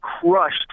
crushed